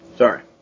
Sorry